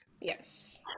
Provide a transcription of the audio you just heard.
Yes